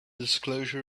disclosure